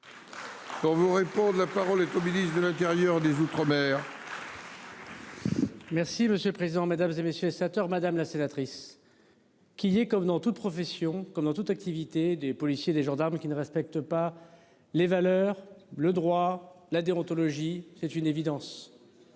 On vous répond la parole et ministre de l'intérieur des Outre-mer. Merci monsieur le président, Mesdames, et messieurs, 7h, madame la sénatrice. Qui est comme dans toute profession comme dans toute activité des policiers, des gendarmes qui ne respectent pas les valeurs le droit, la déontologie, c'est une évidence.